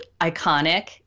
Iconic